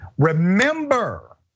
Remember